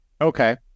Okay